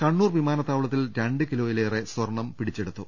കണ്ണൂർ വിമാനത്താവളത്തിൽ രണ്ട് കിലോയിലേറെ സ്വർണം പിടിച്ചെടുത്തു